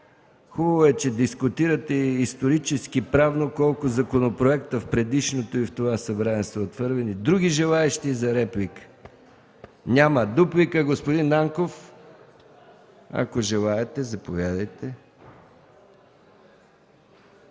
Хубаво е, че дискутирате и исторически правно колко законопроекта в предишното и в това Събрание са отхвърлени. Други желаещи за реплика? Няма. Дуплика, господин Нанков, ако желаете? Заповядайте,